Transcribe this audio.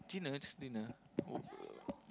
dinner just dinner w~ um